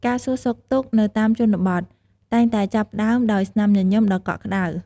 ការសួរសុខទុក្ខនៅតាមជនបទ តែងតែចាប់ផ្តើមដោយស្នាមញញឹមដ៏កក់ក្តៅ។